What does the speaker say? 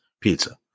pizza